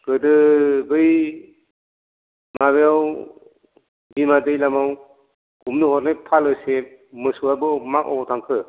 गोदो बै माबायाव जोंहा दैलाङाव नोंनो हरनाय फालोसे मोसौवा मा अबाव थांखो